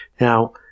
Now